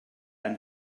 han